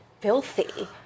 filthy